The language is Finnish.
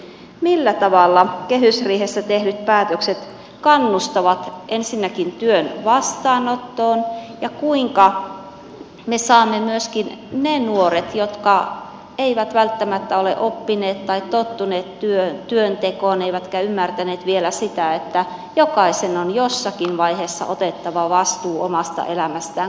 millä tavalla kehysriihessä tehdyt päätökset kannustavat ensinnäkin työn vastaanottoon ja kuinka me saamme työtalkoisiin mukaan myöskin ne nuoret ja aikuisetkin jotka eivät välttämättä ole oppineet tai tottuneet työntekoon eivätkä ymmärtäneet vielä sitä että jokaisen on jossakin vaiheessa otettava vastuu omasta elämästään